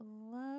love